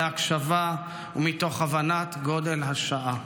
בהקשבה ומתוך הבנת גודל השעה.